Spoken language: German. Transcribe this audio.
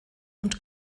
und